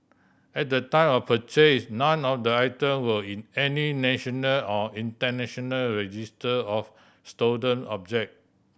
at the time of purchase none of the item were in any national or international register of stolen object